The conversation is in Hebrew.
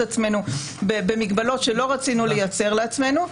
עצמנו במגבלות שלא רצינו לייצר לעצמנו,